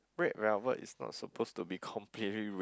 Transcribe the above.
red velvet is not supposed to be completely red